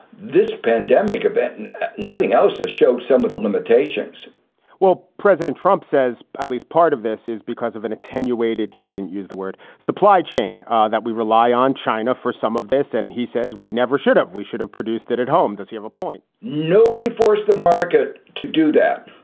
this pandemic event and nothing else has showed some of the limitations limitations well, president trump says at least part of this is because of an attenuated he didn't use the word supply chain that we rely on china for some of this. and he says we'd never shut up. we should have produced it at home. does he have a point? nobody forced the market to do that.